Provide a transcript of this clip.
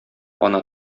ана